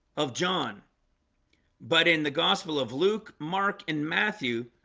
of john but in the gospel of luke mark and matthew,